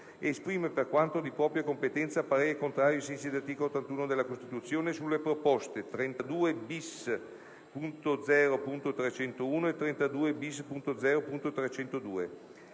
esprime, per quanto di propria competenza, parere contrario, ai sensi dell'articolo 81 della Costituzione sulle proposte 32-*bis*.0.301 e 32-*bis*.0.302.